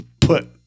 put